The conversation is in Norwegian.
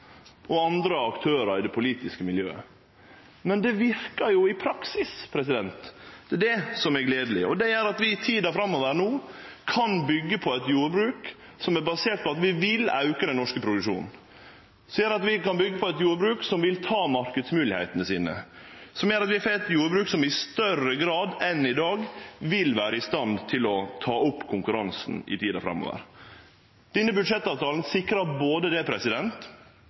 og andre aktørar i det politiske miljøet. Men det verkar jo i praksis. Det er det som er gledeleg. Det gjer at vi i tida framover no kan byggje på eit jordbruk som er basert på at vi vil auke den norske produksjonen. Det gjer at vi kan byggje på eit jordbruk som vil ta marknadsmoglegheitene sine, og det gjer at vi får eit jordbruk som i større grad enn i dag vil vere i stand til å ta opp konkurransen i tida framover. Denne budsjettavtalen sikrar både det